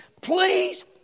Please